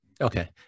Okay